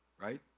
Right